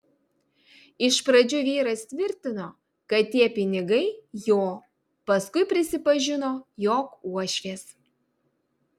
iš pradžių vyras tvirtino kad tie pinigai jo paskui prisipažino jog uošvės